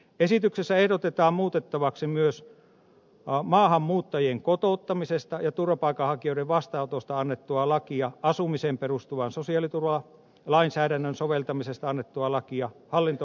esityksessä ehdotetaan muutettavaksi myös maahanmuuttajien kotouttamisesta ja turvapaikanhakijoiden vastaanotosta annettua lakia asumiseen perustuvan sosiaaliturvalainsäädännön soveltamisesta annettua lakia hallinto oikeuslakia ja kansalaisuuslakia